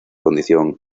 condición